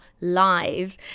live